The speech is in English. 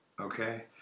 Okay